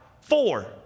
Four